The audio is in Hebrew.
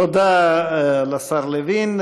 תודה לשר לוין.